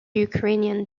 ukrainian